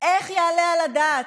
איך יעלה על הדעת,